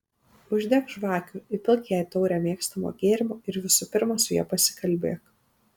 uždek žvakių įpilk jai taurę mėgstamo gėrimo ir visų pirma su ja pasikalbėk